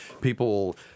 People